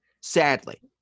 Sadly